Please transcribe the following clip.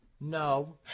No